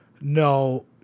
no